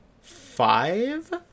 five